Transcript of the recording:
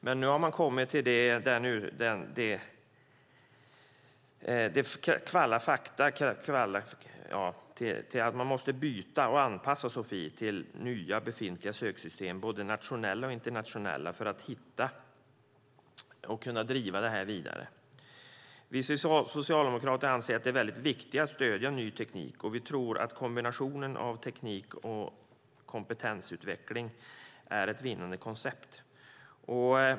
Men nu har man kommit dithän att man måste byta och anpassa Sofie till nya befintliga söksystem, både nationella och internationella, för att kunna driva det här vidare. Vi socialdemokrater anser att det är väldigt viktigt att stödja ny teknik, och vi tror att kombinationen av teknik och kompetensutveckling är ett vinnande koncept.